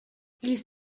ils